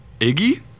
Iggy